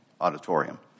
auditorium